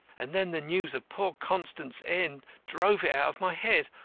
and then the news of poor constant's end drove it out of my head.